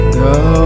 go